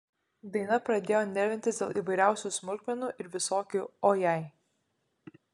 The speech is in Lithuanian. daina pradėjo nervintis dėl įvairiausių smulkmenų ir visokių o jei